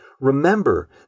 remember